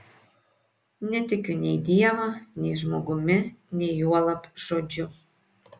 netikiu nei dievą nei žmogumi nei juolab žodžiu